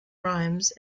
rhymes